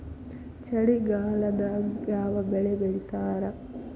ಚಳಿಗಾಲದಾಗ್ ಯಾವ್ ಬೆಳಿ ಬೆಳಿತಾರ?